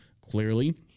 Clearly